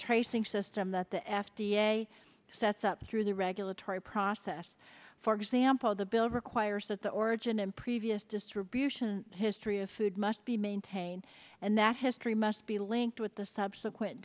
tracing system that the f d a sets up through the regulatory process for example the bill requires that the origin and previous distribution history of food must be maintained and that history must be linked with the subsequent